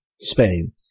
Spain